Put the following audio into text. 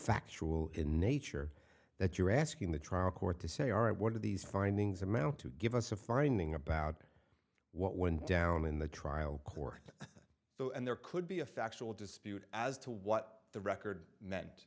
factual in nature that you're asking the trial court to say are one of these findings amount to give us a finding about what went down in the trial court so and there could be a factual dispute as to what the record meant